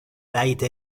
late